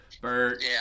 Bert